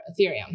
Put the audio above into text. Ethereum